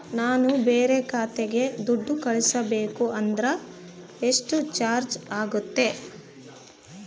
ನಾನು ಬೇರೆ ಖಾತೆಗೆ ದುಡ್ಡು ಕಳಿಸಬೇಕು ಅಂದ್ರ ಎಷ್ಟು ಚಾರ್ಜ್ ಆಗುತ್ತೆ?